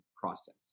process